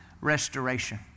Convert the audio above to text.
restoration